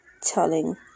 telling